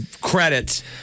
credit